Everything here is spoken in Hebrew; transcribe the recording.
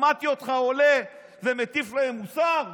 שמעתי אותך עולה ומטיף להם מוסר?